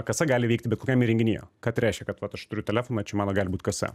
kasa gali veikti bet kokiame įrenginyje ką tai reiškia kad vat aš turiu telefoną čia mano gali būt kasa